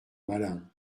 malin